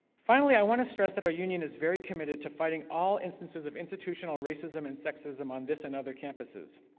finally, i want to stress that our union is very committed to fighting all instances of institutional racism and sexism on this and other campuses.